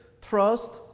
Trust